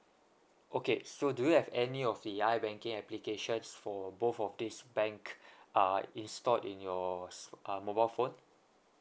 okay so do you have any of the ibanking applications for both of these bank ah installed in your s~ ah mobile phone